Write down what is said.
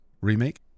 remake